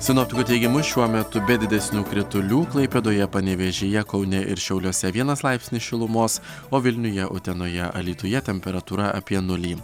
sinoptikų teigimu šiuo metu be didesnių kritulių klaipėdoje panevėžyje kaune ir šiauliuose vienas laipsnis šilumos o vilniuje utenoje alytuje temperatūra apie nulį